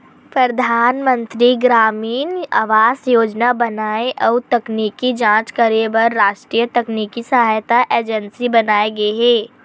परधानमंतरी गरामीन आवास योजना बनाए अउ तकनीकी जांच करे बर रास्टीय तकनीकी सहायता एजेंसी बनाये गे हे